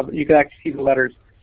you can actually see the letters.